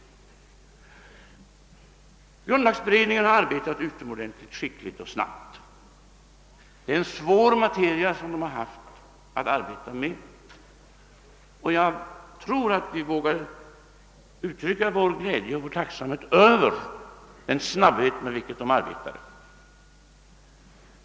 Grundlagberedningen har = arbetat utomordentligt skickligt och snabbt. Det är ett svårt material som den haft att arbeta med. Vi kan uttrycka vår glädje och tacksamhet över den snabbhet med vilken den har arbetat.